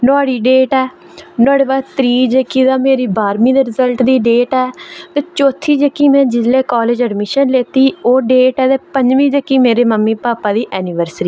नुहाड़ी डेट ऐ ते त्रीह् जेह्की तां मेरी बाह्रमीं दे रिज्लट दी डेट ऐ ते चौथी जेह्की में कॉलेज एडमिशन लैती तां ओह् डेट ऐ पञमीं जेह्की तां ओह् मेरे मम्मी भापा दी एनवर्सरी